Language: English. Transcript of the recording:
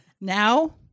Now